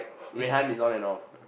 Rui-Han is on and off